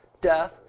death